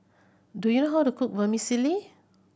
do you know how to cook Vermicelli